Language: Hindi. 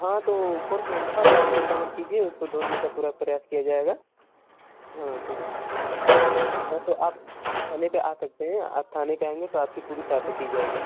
हाँ तो फोन में ही था तो आप चिंता मत कीजिए उसको ढूँढने का पूरा प्रयास किया जाएगा हाँ तो हाँ तो आप थाने पर आ सकते हैं आप थाने पर आएँगे तो आपकी पूरी सहायता की जाएगी